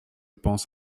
pense